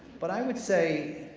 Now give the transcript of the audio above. but i would say,